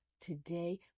today